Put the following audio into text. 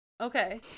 Okay